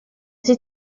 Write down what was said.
sie